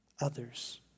others